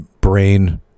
brain